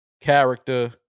character